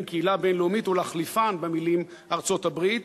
"קהילה בין-לאומית" ולהחליפן במלים "ארצות-הברית",